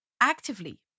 actively